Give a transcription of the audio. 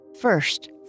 first